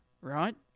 right